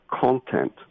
content